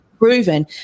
proven